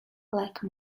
like